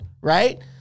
right